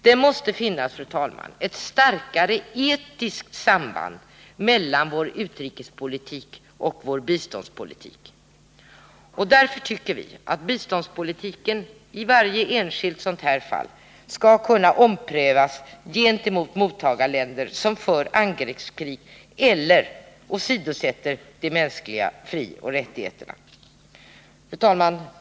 Det måste finnas, fru talman, ett starkare etiskt samband mellan vår utrikespolitik och vår biståndspolitik. Vi tycker att biståndspolitiken i varje enskilt fall skall kunna omprövas gentemot mottagarländer som för angreppskrig eller åsidosätter de mänskliga frioch rättigheterna. Nr 132 Fru talman!